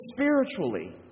spiritually